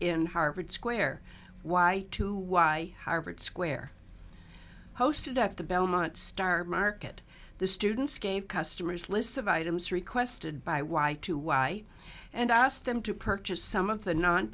in harvard square why to why harvard square hosted at the belmont star market the students gave customers lists of items requested by y to y and i asked them to purchase some of the non